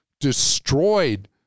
destroyed